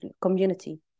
community